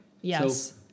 Yes